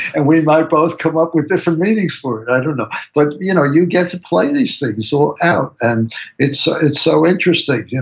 and we might both come up with different meanings for it. i don't know but you know you get to play these things so out, and it's ah it's so interesting. yeah